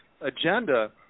agenda